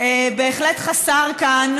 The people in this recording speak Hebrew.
בהחלט חסר כאן,